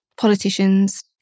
politicians